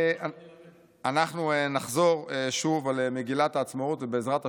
אנחנו נחזור שוב על מגילת העצמאות, ובעזרת השם,